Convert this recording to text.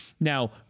Now